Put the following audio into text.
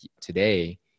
today